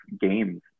games